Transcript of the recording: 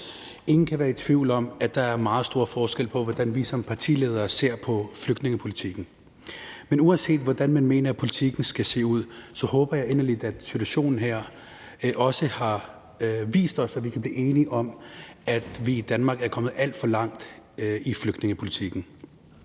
Ingen kan være i tvivl om, at der er meget stor forskel på, hvordan vi som partiledere ser på flygtningepolitikken. Men uanset hvordan man mener at politikken skal se ud, håber jeg inderligt, at situationen her også har vist os, at vi kan blive enige om, at vi i Danmark er gået alt for langt i flygtningepolitikken.